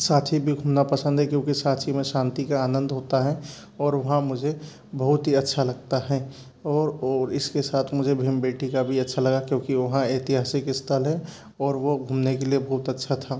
साथी भी घूमना पसंद है क्योंकि साथी में शांति का आनंद होता है और वहाँ मुझे बहुत ही अच्छा लगता है और और इसके साथ मुझे भी बेटी का भी अच्छा लगा क्योंकि वहाँ ऐतिहासिक स्थल है और वो घूमने के लिए बहुत अच्छा था